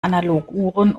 analoguhren